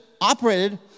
operated